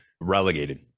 relegated